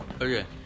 Okay